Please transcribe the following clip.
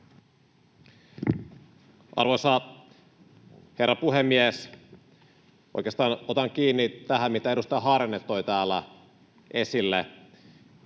Arvoisa herra puhemies! Oikeastaan otan kiinni tähän, mitä edustaja Harjanne toi täällä esille.